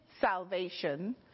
salvation